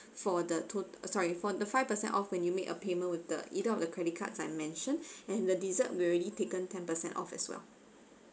for the tot~ ah sorry for the five percent off when you make a payment with the either of the credit cards I mention and the dessert we're already taken ten percent off as well